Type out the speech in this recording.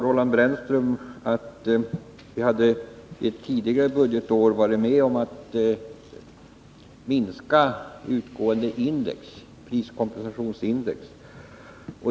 Roland Brännström sade att vi ett tidigare budgetår hade varit med om att minska utgående priskompensationsindex.